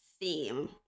theme